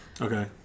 okay